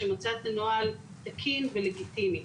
שמוצאת את הנוהל תקין ולגיטימי.